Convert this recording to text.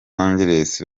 angeles